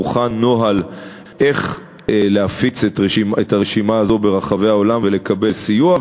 הוכן נוהל איך להפיץ את הרשימה הזו ברחבי העולם ולקבל סיוע,